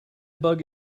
bug